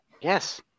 yes